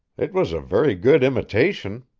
it was a very good imitation.